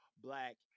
black